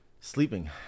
sleeping